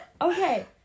Okay